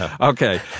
Okay